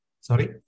Sorry